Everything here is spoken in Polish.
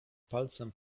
palcem